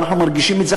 ואנחנו מרגישים את זה,